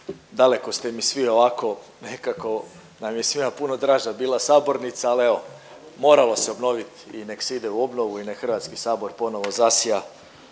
daleko ste mi svi ovako nekako nam je svima puno draža bila sabornica ali evo, moramo se obnovit i nek se ide u obnovu i nek Hrvatski sabor ponovno zasja